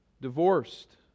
Divorced